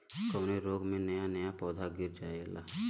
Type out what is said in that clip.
कवने रोग में नया नया पौधा गिर जयेला?